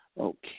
Okay